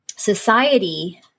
Society